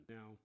Now